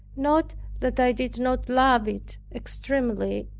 not that i did not love it extremely,